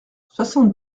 soixante